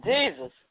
Jesus